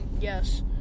Yes